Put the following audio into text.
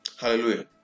Hallelujah